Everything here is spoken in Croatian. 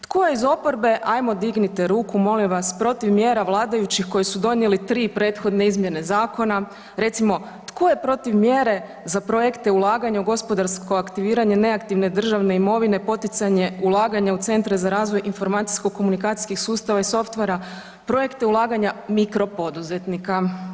Tko je iz oporbe, ajmo dignite ruku, molim vas, protiv mjera vladajućih koje su donijeli 3 prethodne izmjene zakona, recimo, tko je protiv mjere za projekte ulaganja u gospodarsko aktiviranje neaktivne državne imovine, poticanje ulaganja u centre za razvoj informacijsko-komunikacijskih sustava i softvera, projekte ulaganja mikropoduzetnika.